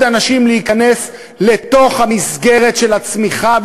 אנשים להיכנס לתוך המסגרת של הצמיחה,